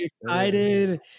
excited